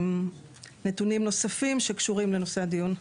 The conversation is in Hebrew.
יש שם נתונים נוספים רבים שקשורים לנושא הדיון.